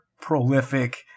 prolific